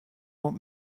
want